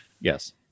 yes